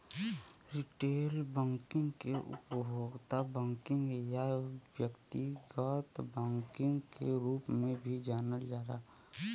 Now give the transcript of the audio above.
retail banking के उपभोक्ता banking या व्यक्तिगत बैंकिंग के रूप में भी जानल जाला